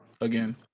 again